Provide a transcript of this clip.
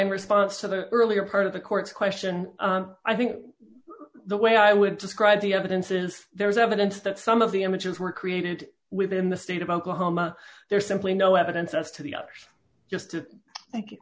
my response to the earlier part of the court's question i think the way i would describe the evidence is there is evidence that some of the images were created within the state of oklahoma there's simply no evidence as to the others just to